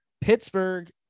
pittsburgh